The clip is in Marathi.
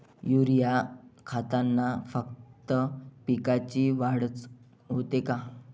युरीया खतानं फक्त पिकाची वाढच होते का?